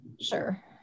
Sure